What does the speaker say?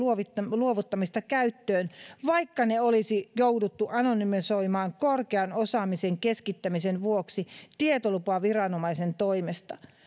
luovuttamista käyttöön vaikka ne olisi jouduttu anonymisoimaan korkean osaamisen keskittämisen vuoksi tietolupaviranomaisen toimesta